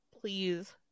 please